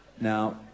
Now